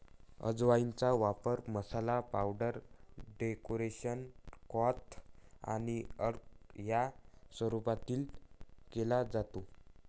अजवाइनचा वापर मसाला, पावडर, डेकोक्शन, क्वाथ आणि अर्क या स्वरूपातही केला जातो